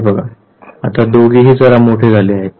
हे बघा आता दोघेही जरा मोठे झाले आहेत